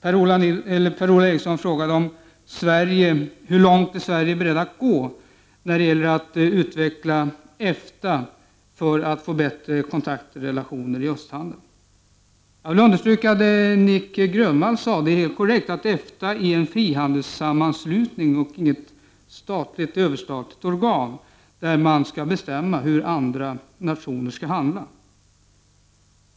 Per-Ola Eriksson frågade hur långt Sverige är berett att gå när det gäller att utveckla EFTA för att få bättre kontakter och relationer i fråga om östhandeln. Jag vill understryka vad Nic Grönvall sade. Det är helt korrekt att EFTA är en frihandelssammanslutning och inget överstatligt organ, där man skall bestämma hur andra stater skall handla och